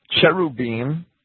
cherubim